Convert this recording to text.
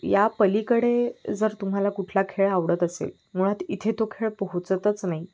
यापलीकडे जर तुम्हाला कुठला खेळ आवडत असेल मुळात इथे तो खेळ पोहचतच नाही